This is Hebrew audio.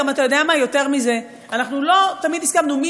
אתה יודע מה, יותר מזה, אנחנו לא תמיד הסכמנו.